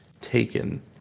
taken